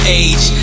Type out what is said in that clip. age